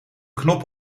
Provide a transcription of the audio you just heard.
knop